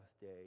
day